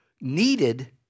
needed